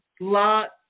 lot